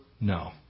no